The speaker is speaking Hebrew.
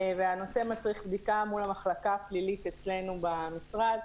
והנושא מצריך בדיקה מול המחלקה הפלילית אצלנו במשרד,